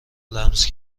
لمس